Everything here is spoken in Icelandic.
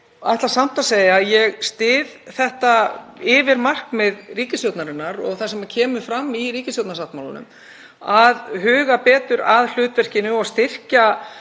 ætla samt að segja að ég styð það yfirmarkmið ríkisstjórnarinnar, og það sem kemur fram í ríkisstjórnarsáttmálanum, að huga betur að hlutverkinu og styrkja